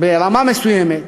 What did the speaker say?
ברמה מסוימת,